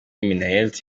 minnaert